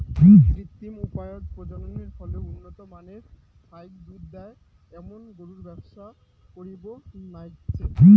কৃত্রিম উপায়ত প্রজননের ফলে উন্নত মানের ফাইক দুধ দেয় এ্যামুন গরুর ব্যবসা করির নাইগচে